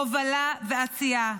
הובלה ועשייה,